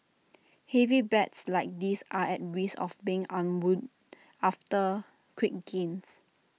heavy bets like this are at risk of being unwound after quick gains